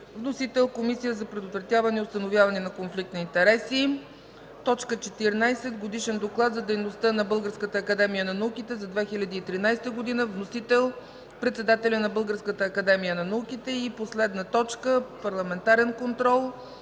Вносител – Комисията за предотвратяване и установяване на конфликт на интереси. Годишен доклад за дейността на Българската академия на науките за 2013 г. Вносител – председателят на Българската академия на науките. Последната точка е парламентарен контрол